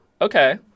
Okay